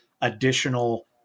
additional